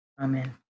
Amen